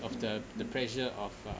of the the pressure of uh